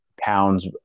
pounds